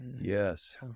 Yes